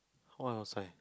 what I want to say